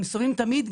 הם סובלים תמיד,